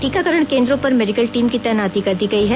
टीकाकरण केंद्रों पर मेडिकल टीम की तैनाती कर दी गई है